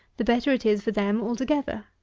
the better it is for them altogether.